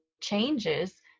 changes